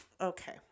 Okay